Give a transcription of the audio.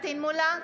פטין מולא,